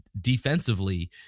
defensively